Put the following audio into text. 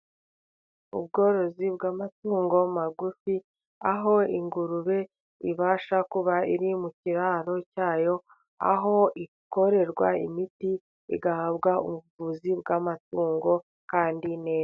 Ubworozi bw'amatungo magufi, aho ingurube ibasha kuba iri mu kiraro cyayo. Aho ikorerwa imiti igahabwa ubuvuzi bw'amatungo kandi neza.